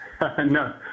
No